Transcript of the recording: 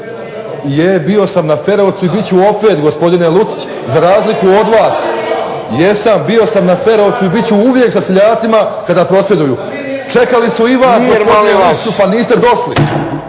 Je, bio sam na Ferovcu i bit ću opet gospodine Lucić, za razliku od vas. Jesam, bio sam na Ferovcu i bit ću uvijek sa seljacima koji prosvjeduju. Čekali su i vas gospodine